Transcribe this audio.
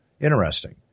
Interesting